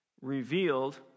revealed